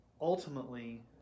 ultimately